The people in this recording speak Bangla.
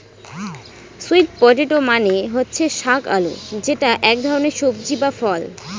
স্যুইট পটেটো মানে হচ্ছে শাক আলু যেটা এক ধরনের সবজি বা ফল